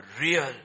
real